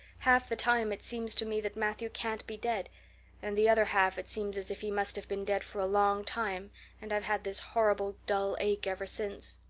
half the time it seems to me that matthew can't be dead and the other half it seems as if he must have been dead for a long time and i've had this horrible dull ache ever since.